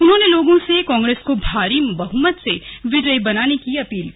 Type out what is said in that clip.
उन्होंने लोगों से कांग्रेस को भारी बहुमत से विजयी बनाने की अपील की